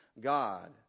God